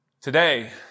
Today